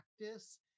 practice